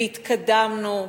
והתקדמנו,